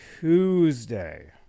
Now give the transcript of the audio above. Tuesday